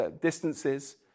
distances